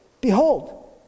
behold